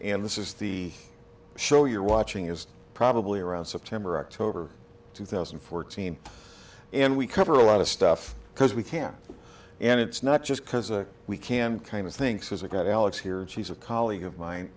and this is the show you're watching is probably around september october two thousand and fourteen and we cover a lot of stuff because we can and it's not just because a we can kind of think says i got alex here and she's a colleague of mine